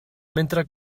mentre